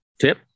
tip